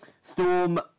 Storm